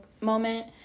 moment